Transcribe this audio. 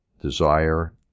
desire